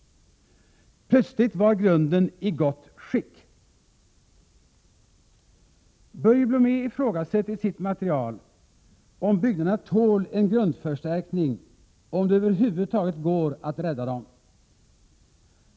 Plötsligt var grunden i gott skick. Börje Blomé ifrågasätter i sitt material om byggnaderna tål en grundförstärkning och om det över huvud taget går att rädda dem.